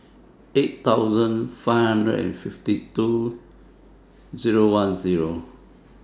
eight million five hundred and fifty two thousand ten